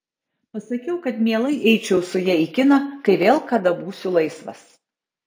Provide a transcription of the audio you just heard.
pasakiau kad mielai eičiau su ja į kiną kai vėl kada būsiu laisvas